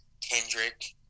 Kendrick